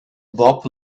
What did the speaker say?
bob